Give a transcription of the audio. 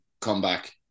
comeback